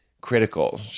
critical